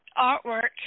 artwork